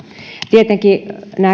tietenkin